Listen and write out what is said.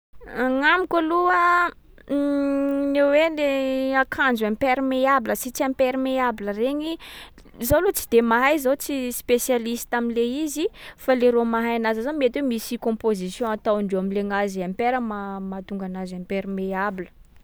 Agnamiko aloha, le hoe- le akanjo imperméable sy tsy imperméable regny, zaho loha tsy de mahay, zaho tsy spécialiste am’le izy. Fa le rô mahay anazy ao zany mety hoe misy composition ataondreo am’le gnazy imper ma- mahatonga anazy imperméable.